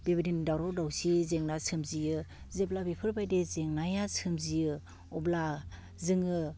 बेबायदिनो दावराव दावसि जेंना सोमजियो जेब्ला बेफोर बायदि जेंनाया सोमजियो अब्ला जोङो